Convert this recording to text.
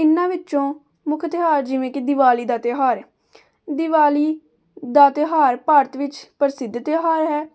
ਇਹਨਾਂ ਵਿੱਚੋਂ ਮੁੱਖ ਤਿਉਹਾਰ ਜਿਵੇਂ ਕਿ ਦਿਵਾਲੀ ਦਾ ਤਿਉਹਾਰ ਹੈ ਦਿਵਾਲੀ ਦਾ ਤਿਉਹਾਰ ਭਾਰਤ ਵਿੱਚ ਪ੍ਰਸਿੱਧ ਤਿਉਹਾਰ ਹੈ